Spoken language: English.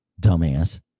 dumbass